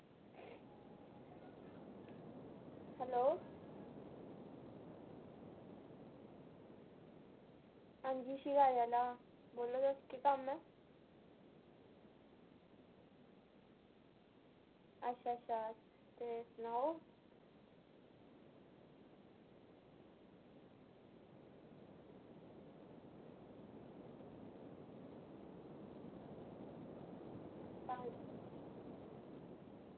hello हां जी शकारे आह्ला बोल्लो तुस केह् कम्म आ अच्छा अच्छा ते सनाओ हां